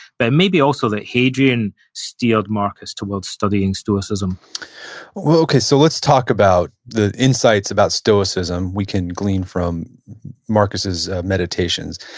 but it may be also that hadrian steered marcus toward studying stoicism well okay, so let's talk about the insights about stoicism we can glean from marcus's meditations.